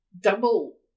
double